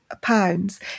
pounds